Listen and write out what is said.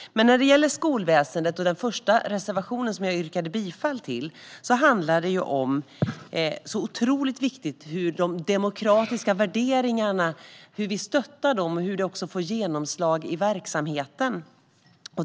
Men när det gäller skolväsendet och den första reservationen som jag yrkade bifall till handlar det om att det är otroligt viktigt hur vi stöttar de demokratiska värderingarna och hur de får genomslag i verksamheten.